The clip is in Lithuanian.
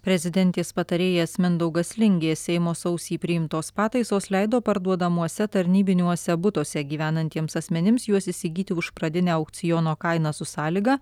prezidentės patarėjas mindaugas lingė seimo sausį priimtos pataisos leido parduodamuose tarnybiniuose butuose gyvenantiems asmenims juos įsigyti už pradinę aukciono kainą su sąlyga